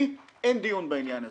לי אין דיון בעניין הזה.